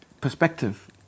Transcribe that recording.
perspective